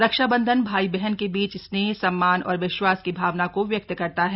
रक्षाबंधन भाई बहन के बीच स्नेह सम्मान और विश्वास की भावना को व्यक्त करता है